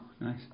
nice